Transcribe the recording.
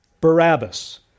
Barabbas